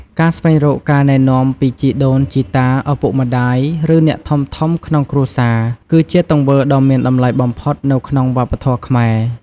ការស្វែងរកការណែនាំពីជីដូនជីតា ឪពុកម្ដាយ ឬអ្នកធំៗក្នុងគ្រួសារ គឺជាទង្វើដ៏មានតម្លៃបំផុតនៅក្នុងវប្បធម៌ខ្មែរ។